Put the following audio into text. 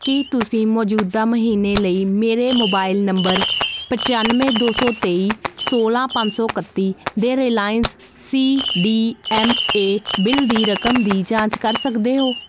ਕੀ ਤੁਸੀਂ ਮੌਜੂਦਾ ਮਹੀਨੇ ਲਈ ਮੇਰੇ ਮੋਬਾਈਲ ਨੰਬਰ ਪਚਾਨਵੇਂ ਦੋ ਸੌ ਤੇਈ ਸੋਲਾਂ ਪੰਜ ਸੌ ਇਕੱਤੀ ਦੇ Reliance C D M A bill ਦੀ ਰਕਮ ਦੀ ਜਾਂਚ ਕਰ ਸਕਦੇ ਹੋ